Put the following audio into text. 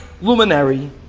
luminary